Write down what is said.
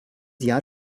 jahr